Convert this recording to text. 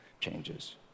changes